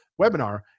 webinar